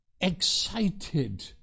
excited